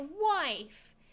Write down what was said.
wife